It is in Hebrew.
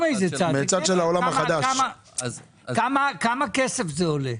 כמה כסף זה עולה?